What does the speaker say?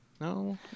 No